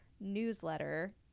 newsletter